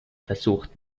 versucht